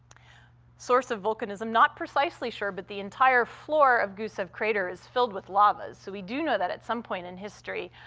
source of volcanism, not precisely sure, but the entire floor of gusev crater is filled with lava, so we do know that at some point in history